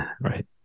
Right